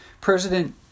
President